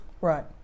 Right